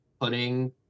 putting